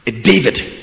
david